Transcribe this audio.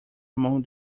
among